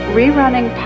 rerunning